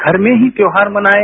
घर में ही त्योहार मनाएं